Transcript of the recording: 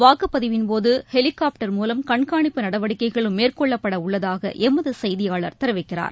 வாக்குப்பதிவின் போதுஹெலிகாப்பட்டர் மூலம் கண்காணிப்பு நடவடிக்கைகளும் மேற்கொள்ளப்படஉள்ளதாகஎமதுசெய்தியாளர் தெரிவிக்கிறார்